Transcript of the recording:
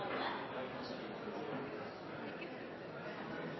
er fast ansettelse